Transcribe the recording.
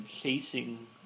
chasing